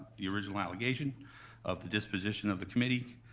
the original allegation of the disposition of the committee.